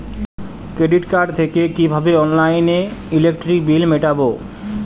Credit card থেকে কিভাবে অনলাইনে ইলেকট্রিক বিল মেটাবো?